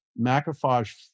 macrophage